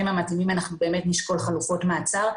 המתאימים אנחנו באמת נשקול חלופות מעצר,